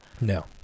No